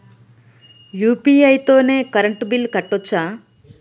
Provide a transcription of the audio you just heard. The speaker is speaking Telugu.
యూ.పీ.ఐ తోని కరెంట్ బిల్ కట్టుకోవచ్ఛా?